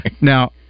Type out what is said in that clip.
Now